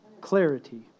clarity